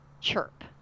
chirp